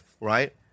Right